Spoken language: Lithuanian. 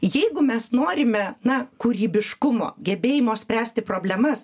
jeigu mes norime na kūrybiškumo gebėjimo spręsti problemas